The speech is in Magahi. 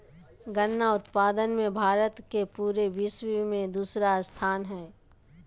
गन्ना उत्पादन मे भारत के पूरे विश्व मे दूसरा स्थान हय